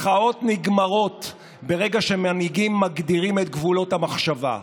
מחאות נגמרות ברגע שמנהיגים מגדירים את גבולות המחשבה,